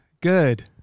good